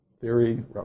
theory